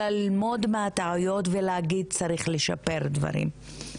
אלא ללמוד מהטעויות ולהגיד צריך לשפר דברים.